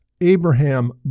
Abraham